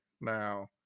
now